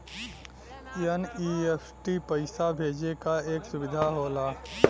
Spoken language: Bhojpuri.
एन.ई.एफ.टी पइसा भेजे क एक सुविधा होला